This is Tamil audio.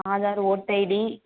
ஆதார் ஓட்ரு ஐடி